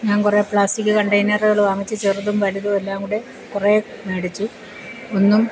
ഞാൻ കുറേ പ്ലാസ്റ്റിക്ക് കണ്ടൈനറുകൾ വാങ്ങിച്ചു ചെറുതും വലുതും എല്ലാം കൂടെ കുറേ മേടിച്ചു ഒന്നും